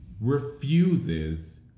refuses